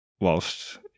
whilst